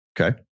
Okay